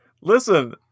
Listen